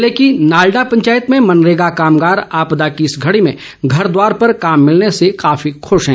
जिले की नालडा पंचायत में मनरेगा कामगार आपदा की इस घड़ी में घर द्वार पर काम मिलने से काफी खुश है